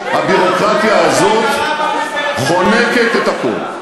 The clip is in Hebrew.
הביורוקרטיה הזאת חונקת את הכול.